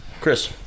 Chris